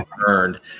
earned